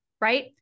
right